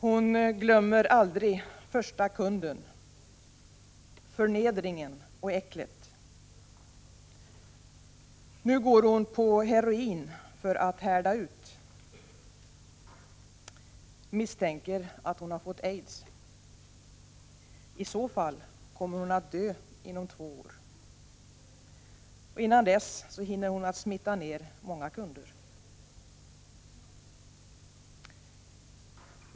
Hon glömmer aldrig första kunden. Förnedringen och äcklet. Nu går hon på heroin för att härda ut. Misstänker att hon fått aids. I så fall kommer hon att dö inom två år. Innan dess hinner hon smitta ner många kunder.